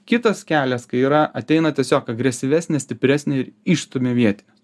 kitas kelias kai yra ateina tiesiog agresyvesnis stipresni išstumia vietinius